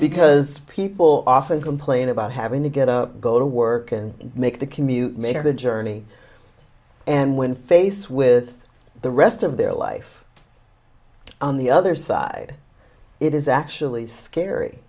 because people often complain about having to get up go to work and make the commute make the journey and when faced with the rest of their life on the other side it is actually scary